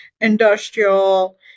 industrial